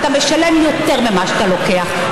אתה משלם יותר ממה שאתה לוקח.